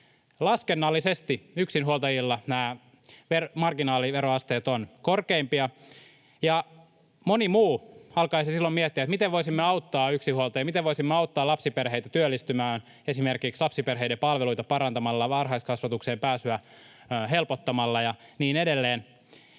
Laskennallisesti yksinhuoltajilla nämä marginaaliveroasteet ovat korkeimpia, ja moni muu alkaisi silloin miettiä, miten voisimme auttaa yksinhuoltajia, miten voisimme auttaa lapsiperheitä työllistymään esimerkiksi lapsiperheiden palveluita parantamalla, varhaiskasvatukseen pääsyä helpottamalla ja niin edelleen,